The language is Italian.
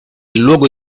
luogo